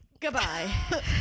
Goodbye